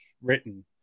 written